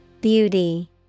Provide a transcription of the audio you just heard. Beauty